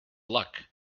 luck